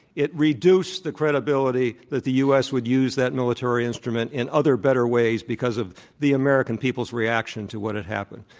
it reduced the credibility that the u. s. would use that military instrument in other better ways because of the american people's reaction to what had happened.